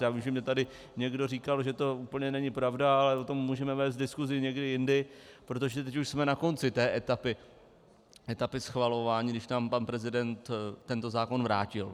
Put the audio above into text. Já vím, že tady někdo říkal, že to úplně není pravda, ale o tom můžeme vést diskusi někdy jindy, protože teď už jsme na konci té etapy schvalování, když nám pan prezident tento zákon vrátil.